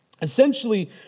Essentially